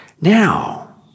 Now